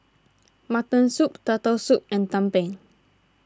Mutton Soup Turtle Soup and Tumpeng